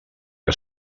que